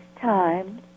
time